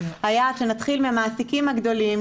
היה שנתחיל מהמעסיקים הגדולים,